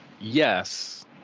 yes